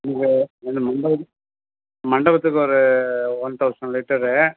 இங்கே அந்த மண்டபம் மண்டபத்துக்கு ஒரு ஒன் தௌசண்ட் லிட்டரு